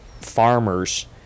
farmers